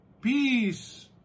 Peace